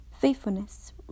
faithfulness